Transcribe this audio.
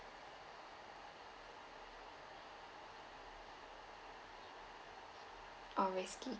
uh resky